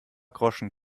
groschen